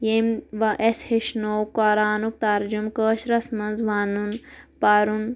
یٚیمی اسہِ ہیٚچھنوو قۅرانُک ترجم کٲشرس مَنٛز وَنُن پَرُن